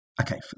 okay